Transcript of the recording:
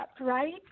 right